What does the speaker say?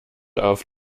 auf